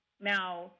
now